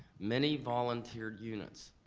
many volunteered units.